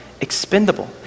expendable